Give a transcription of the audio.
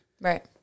Right